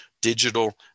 digital